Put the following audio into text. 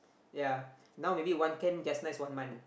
ya now maybe one can just nice one month